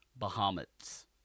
Bahamut's